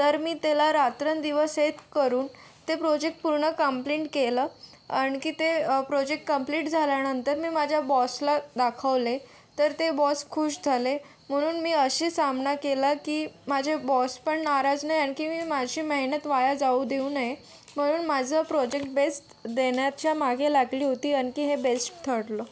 तर मी त्याला रात्रंदिवस एक करून ते प्रोजेक्ट पूर्ण कम्प्लीन्ट केलं आणखी ते प्रोजेक्ट कम्प्लीट झाल्यानंतर मी माझ्या बॉसला दाखवले तर ते बॉस खूष झाले म्हणून मी अशी सामना केला की माझे बॉस पण नाराज नाही आणखी मी माझी मेहनत वाया जाऊ देऊ नये म्हणून माझं प्रोजेक्ट बेस्ट देण्याच्या मागे लागली होती आणखी हे बेस्ट ठरलं